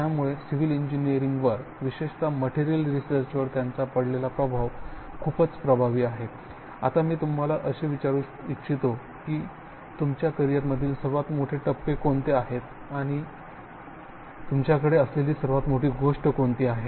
त्यामुळे सिव्हिल इंजिनीअरिंगवर विशेषत मटेरियल रिसर्चवर त्याचा पडलेला प्रभाव खूपच प्रभावी आहे आता मी तुम्हाला असे विचारू ईछित्तो की तुमच्या करिअरमधील सर्वात मोठे टप्पे कोणते आहेत किंवा तुमच्याकडे असलेली सर्वात मोठी गोष्ट कोणती आहे